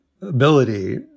ability